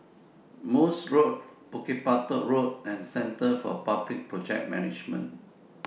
Morse Road Bukit Batok Road and Centre For Public Project Management